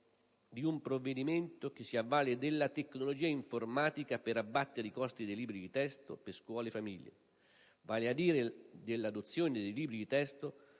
di un provvedimento che si avvale della tecnologia informatica per abbattere i costi dei libri di testo per scuole e famiglie: vale a dire dell'adozione dei libri di testo